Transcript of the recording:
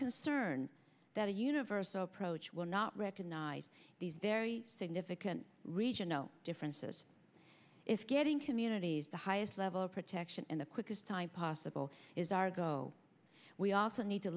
concerned that a universal approach will not recognize these very significant region no differences if getting communities the highest level of protection in the quickest time possible is argo we also need to